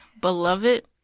beloved